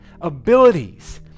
abilities